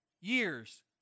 years